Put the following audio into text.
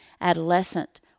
Adolescent